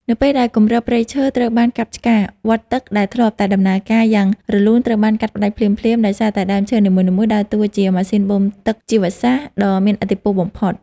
នៅពេលដែលគម្របព្រៃឈើត្រូវបានកាប់ឆ្ការ វដ្តទឹកដែលធ្លាប់តែដំណើរការយ៉ាងរលូនត្រូវបានកាត់ផ្ដាច់ភ្លាមៗ ដោយសារតែដើមឈើនីមួយៗដើរតួជា ម៉ាស៊ីនបូមទឹកជីវសាស្ត្រ ដ៏មានឥទ្ធិពលបំផុត។